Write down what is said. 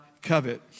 Covet